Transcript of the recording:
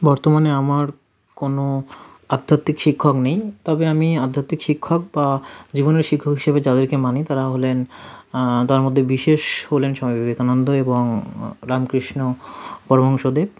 বর্তমানে আমার কোনো আধ্যাত্মিক শিক্ষক নেই তবে আমি আধ্যাত্মিক শিক্ষক বা যে কোনো শিক্ষক হিসাবে যাদেরকে মানি তারা হলেন তার মধ্যে বিশেষ হলেন স্বামী বিবেকানন্দ এবং রামকৃষ্ণ পরমহংসদেব